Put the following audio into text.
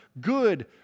good